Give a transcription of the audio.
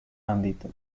ámbito